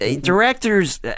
Directors